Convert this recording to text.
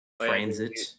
Transit